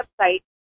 website